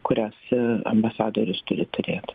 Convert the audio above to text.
kurias ambasadorius turi turėt